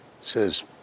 says